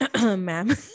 ma'am